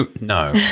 No